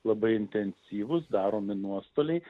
labai intensyvus daromi nuostoliai